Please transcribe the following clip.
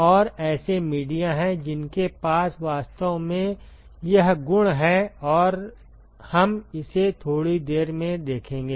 और ऐसे मीडिया हैं जिनके पास वास्तव में यह गुण है और हम इसे थोड़ी देर में देखेंगे